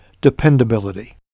dependability